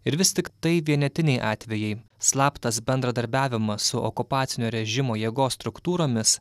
ir vis tik tai vienetiniai atvejai slaptas bendradarbiavimas su okupacinio režimo jėgos struktūromis